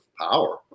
power